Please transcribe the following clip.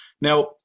Now